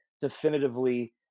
definitively